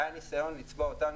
היה ניסיון לצבוע אותנו,